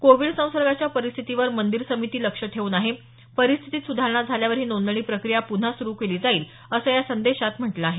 Covid संसर्गाच्या परिस्थितीवर मंदिर समिती लक्ष ठेवून आहे परिस्थितीत सुधारणा झाल्यावर ही नोंदणी प्रक्रिया पुन्हा सुरु केली जाईल असं या संदेशांत म्हटलं आहे